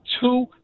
two